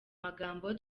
magambo